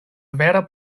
vera